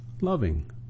loving